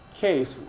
case